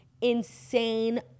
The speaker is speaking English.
insane